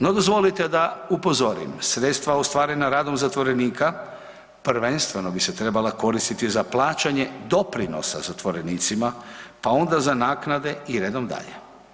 No dozvolite da upozorim sredstva ostvarena radom zatvorenika prvenstveno bi se trebala koristiti za plaćanje doprinosa zatvorenicima, pa onda za naknade i redom dalje.